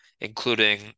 including